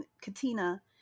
Katina